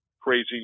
crazy